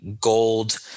gold